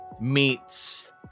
meets